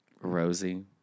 Rosie